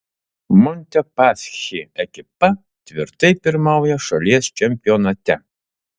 montepaschi ekipa tvirtai pirmauja šalies čempionate